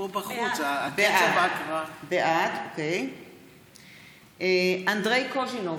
בעד אנדרי קוז'ינוב,